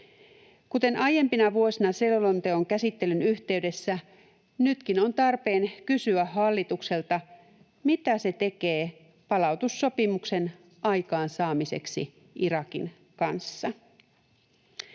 Kuten aiempina vuosina selonteon käsittelyn yhteydessä, nytkin on tarpeen kysyä hallitukselta, mitä se tekee palautussopimuksen aikaansaamiseksi Irakin kanssa.